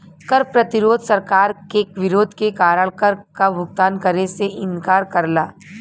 कर प्रतिरोध सरकार के विरोध के कारण कर क भुगतान करे से इंकार करला